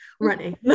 running